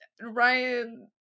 Ryan